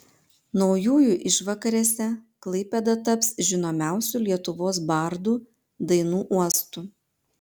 naujųjų išvakarėse klaipėda taps žinomiausių lietuvos bardų dainų uostu